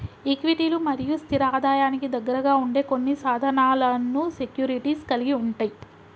ఈక్విటీలు మరియు స్థిర ఆదాయానికి దగ్గరగా ఉండే కొన్ని సాధనాలను సెక్యూరిటీస్ కలిగి ఉంటయ్